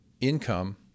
income